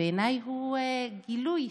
בעיניי הוא גילוי-של,